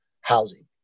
housing